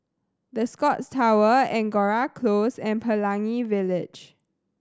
The Scotts Tower Angora Close and Pelangi Village